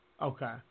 Okay